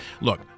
Look